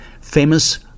Famous